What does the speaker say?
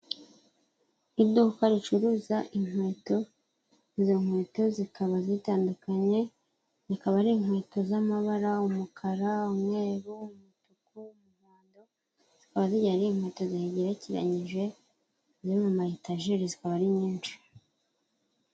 Iduka ricuruza inkweto, izo nkweto zikaba zitandukanye, zikaba ari inkweto z'amabara umukara, umweru, umutuku, umuhondo zikaba zigiye ari inkweto zigerekeranyije, ziri mu ma etajeri zikaba ari nyinshi.